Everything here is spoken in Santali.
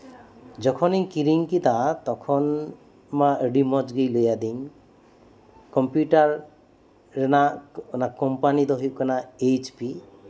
ᱡᱚᱠᱷᱚᱱᱤᱧ ᱠᱤᱨᱤᱧ ᱠᱮᱫᱟ ᱛᱚᱠᱷᱚᱱ ᱢᱟ ᱟᱹᱰᱤ ᱢᱚᱡᱽ ᱜᱮᱭ ᱞᱟᱹᱭ ᱟᱹᱫᱤᱧ ᱠᱚᱢᱯᱤᱭᱩᱴᱟᱨ ᱨᱮᱭᱟᱜ ᱠᱳᱢᱯᱟᱱᱤ ᱫᱚ ᱦᱩᱭᱩᱜ ᱠᱟᱱᱟ ᱮᱭᱤᱪ ᱯᱤ